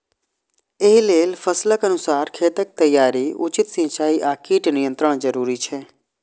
एहि लेल फसलक अनुसार खेतक तैयारी, उचित सिंचाई आ कीट नियंत्रण जरूरी छै